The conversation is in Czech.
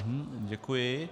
Děkuji.